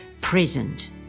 present